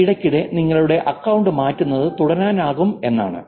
ഇതിനർത്ഥം ഇടയ്ക്കിടെ നിങ്ങളുടെ അക്കൌണ്ട് മാറ്റുന്നത് തുടരാനാകുമെന്നാണ്